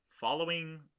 following